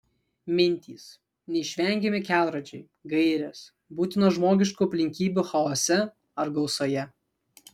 mintys neišvengiami kelrodžiai gairės būtinos žmogiškų aplinkybių chaose ar gausoje